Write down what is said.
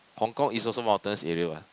Hong-Kong is also mountainous area what